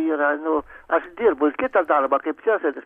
yra nu aš dirbu kitą darbą kaip cezaris